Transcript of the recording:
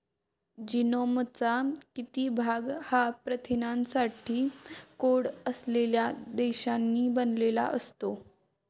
जीनोमचा किती भाग हा प्रथिनांसाठी कोड असलेल्या प्रदेशांनी बनलेला असतो?